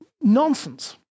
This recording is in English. nonsense